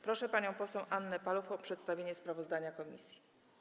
Proszę panią poseł Annę Paluch o przedstawienie sprawozdania komisji.